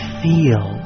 feel